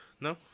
no